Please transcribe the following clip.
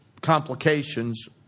complications